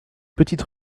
petite